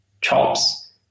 chops